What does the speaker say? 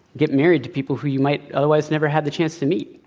get married to people who you might otherwise never have the chance to meet.